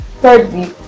thirdly